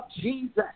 Jesus